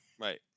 right